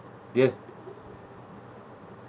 do you have